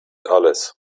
alles